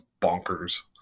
bonkers